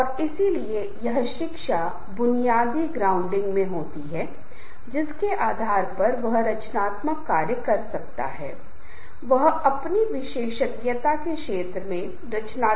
तो हमें बहुत सावधान रहना होगा क्योंकि व्यवहार अथवा मानव स्वभाव एक ऐसी चीज है जो कल तक किसी का व्यवहार बहुत अच्छा होता है लेकिन एक सुबह हम पाते हैं कि वह बहुत अजीब तरीके से व्यवहार कर रहा है